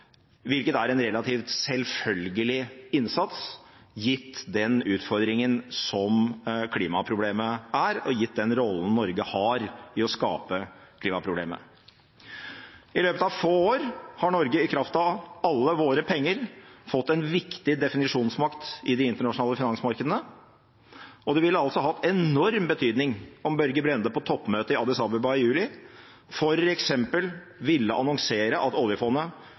hvilket er en relativt selvfølgelig innsats gitt den utfordringen som klimaproblemet er, og gitt den rollen Norge har i å skape klimaproblemene. I løpet av få år har Norge i kraft av alle våre penger fått en viktig definisjonsmakt i de internasjonale finansmarkedene, og det ville hatt enorm betydning om Børge Brende på toppmøtet i Addis Abeba i juli f.eks. ville annonsere at oljefondet